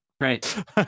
Right